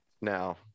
Now